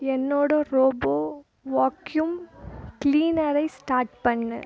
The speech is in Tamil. என்னோட ரோபோ வாக்யூம் க்ளீனரை ஸ்டார்ட் பண்ணு